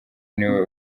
niwe